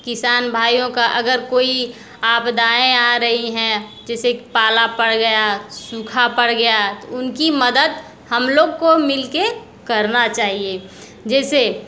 किसान भाइयों को अगर कोई आपदाएँ आ रही हैं जैसे पाला पड़ गया सूखा पड़ गया तो उनकी मदद हम लोग को मिलके करना चाहिए जैसे